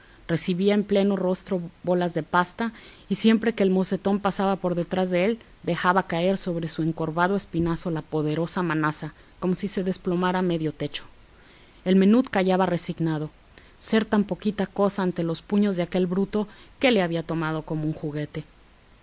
recibía en pleno rostro bolas de pasta y siempre que el mocetón pasaba por detrás de él dejaba caer sobre su encorvado espinazo la poderosa manaza como si se desplomara medio techo el menut callaba resignado ser tan poquita cosa ante los puños de aquel bruto que le había tomado como un juguete